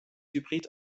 hybrid